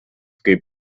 kaip